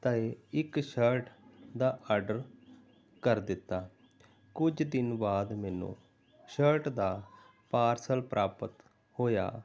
ਅਤੇ ਇੱਕ ਸ਼ਰਟ ਦਾ ਆਰਡਰ ਕਰ ਦਿੱਤਾ ਕੁਝ ਦਿਨ ਬਾਅਦ ਮੈਨੂੰ ਸ਼ਰਟ ਦਾ ਪਾਰਸਲ ਪ੍ਰਾਪਤ ਹੋਇਆ